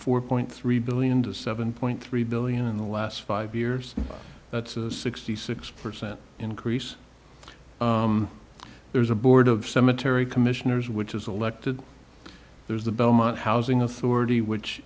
four point three billion to seven point three billion in the last five years that's a sixty six percent increase there's a board of cemetery commissioners which is elected there's the belmont housing authority which